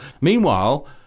meanwhile